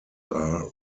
are